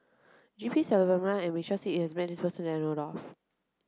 G P Selvam and Michael Seet has met this person that I know of